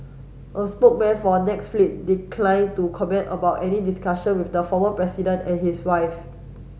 a spokesman for Netflix decline to comment about any discussion with the former president and his wife